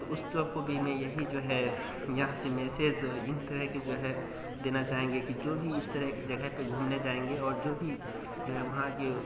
تو اس سب کو بھی میں یہی جو ہے یہاں سے میسز انہیں طرح کے جو ہے دینا چاہیں گے کہ جو بھی اس طرح کی جگہ پہ گھومنے جائیں گے اور جو بھی جو بھی وہاں کے